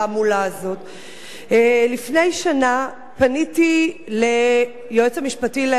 לפני שנה פניתי ליועץ המשפטי לממשלה וביקשתי,